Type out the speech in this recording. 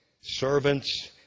servants